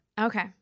Okay